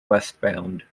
westbound